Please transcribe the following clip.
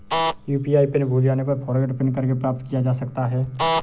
UPI PIN भूल जाने पर फ़ॉरगोट पिन करके प्राप्त किया जा सकता है